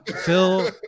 Phil